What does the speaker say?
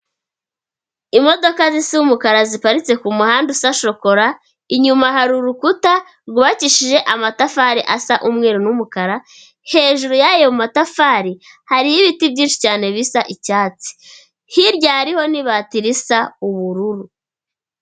Imodoka zisa umukara ziparitse ku muhanda usa shokora, inyuma hari urukuta rwubakishije amatafari asa umweru n'umukara, hejuru yayo matafari hari ibiti byinshi cyane bisa icyatsi, hirya hariho n'ibati risa ubururu.